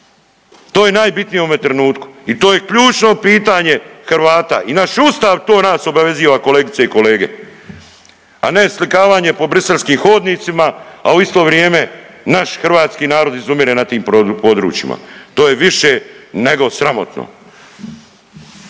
to je najbitnije u ovome trenutku i to je ključno pitanje Hrvata i naš ustav to nas obaveziva kolegice i kolege, a ne slikavanje po briselskim hodnicima, a u isto vrijeme naš hrvatski narod izumire na tim područjima. To je više nego sramotno.